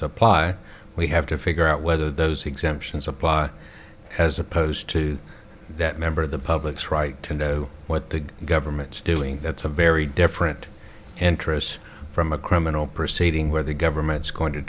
apply we have to figure out whether those exemptions apply as opposed to that member of the public's right to know what the government's doing that's a very different interest from a criminal proceeding where the government's going to